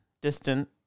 distant